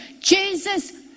Jesus